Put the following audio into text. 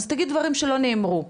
אז תגיד דברים שלא נאמרו.